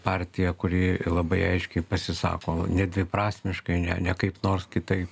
partija kuri labai aiškiai pasisako nedviprasmiškai ne ne kaip nors kitaip